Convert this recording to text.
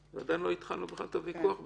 עדיין לא התחלנו בכלל את הוויכוח בינינו,